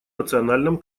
национальном